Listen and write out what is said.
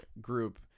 group